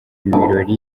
birori